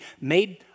made